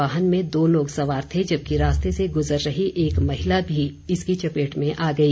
वाहन में दो लोग सवार थे जबकि रास्ते से गुजर रही एक महिला भी इस वाहन की चपेट में आ गई